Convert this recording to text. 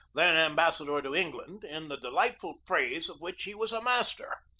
then am bassador to england, in the delightful phrase of which he was a master.